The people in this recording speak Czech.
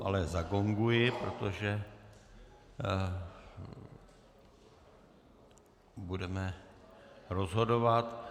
Ale zagonguji, protože budeme rozhodovat.